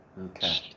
Okay